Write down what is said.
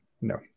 no